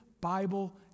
Bible